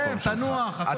שב, תנוח, הכול בסדר.